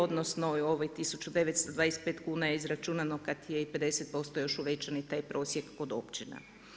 Odnosno, ovih 1925 kn je izračunano, kad je i 50% još uvećan taj prosjek kod općina.